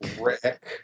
Rick